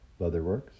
Leatherworks